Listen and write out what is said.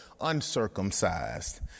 uncircumcised